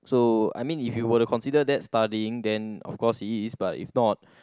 so I mean if you were to consider that studying then of course he is but if not